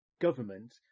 government